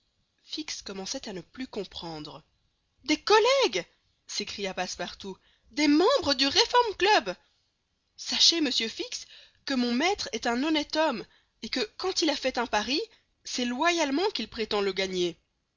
fix commençait à ne plus comprendre des collègues s'écria passepartout des membres du reform club sachez monsieur fix que mon maître est un honnête homme et que quand il a fait un pari c'est loyalement qu'il prétend le gagner